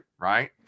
Right